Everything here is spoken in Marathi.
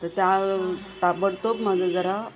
तर त्या ताबडतोब माझं जरा